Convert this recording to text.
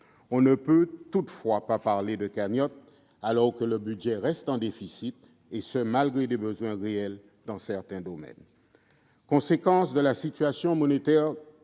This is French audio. On ne peut toutefois pas parler de cagnotte, dans la mesure où le budget reste en déficit, et ce malgré des besoins réels dans certains domaines. Conséquence de la situation monétaire